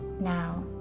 now